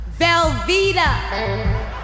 Velveeta